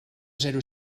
zero